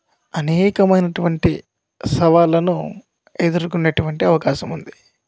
అనేకమైన అటువంటి సవాళ్ళను ఎదుర్కొనే అటువంటి అవకాశం ఉంది